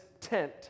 tent